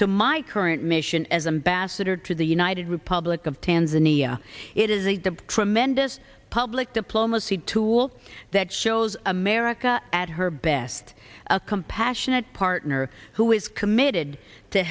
to my current mission as ambassador to the united republic of tanzania it is a tremendous public diplomacy tool that shows america at her best a compassionate partner who is committed to